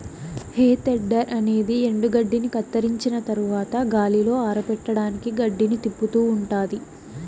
హే tedder అనేది ఎండుగడ్డిని కత్తిరించిన తరవాత గాలిలో ఆరపెట్టడానికి గడ్డిని తిప్పుతూ ఉంటాది